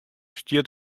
stiet